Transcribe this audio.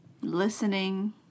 Listening